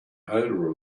odor